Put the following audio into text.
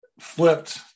flipped